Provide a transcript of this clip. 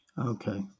Okay